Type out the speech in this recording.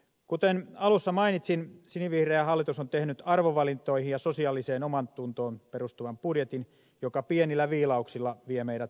kuten alussa mainitsin sinivihreä hallitus on tehnyt arvovalintoihin ja sosiaaliseen omaantuntoon perustuvan budjetin joka pienillä viilauksilla vie meidät taantuman yli